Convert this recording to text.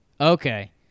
Okay